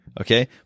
Okay